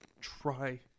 try